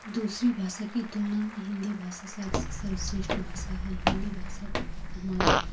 दूसरी भाषा की तुलना में हिंदी भाषा सबसे सर्वश्रेष्ठ भाषा है हिंदी भाषा हमारे